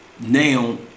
now